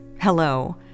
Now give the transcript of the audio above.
hello